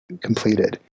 completed